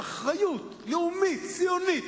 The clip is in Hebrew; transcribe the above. האחריות הלאומית, הציונית,